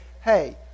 hey